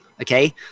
okay